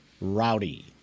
Rowdy